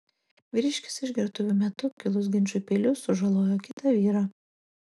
vyriškis išgertuvių metu kilus ginčui peiliu sužalojo kitą vyrą